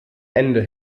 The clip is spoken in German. ende